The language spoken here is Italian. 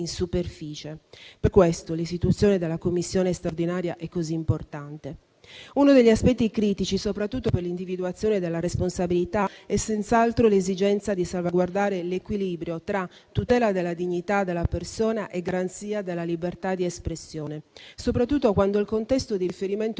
in superficie. Per questo, l'istituzione della Commissione straordinaria è così importante. Uno degli aspetti critici, soprattutto per l'individuazione della responsabilità, è senz'altro l'esigenza di salvaguardare l'equilibrio tra tutela della dignità della persona e garanzia della libertà di espressione: soprattutto quando il contesto di riferimento